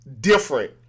different